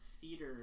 theater